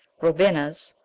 robinas,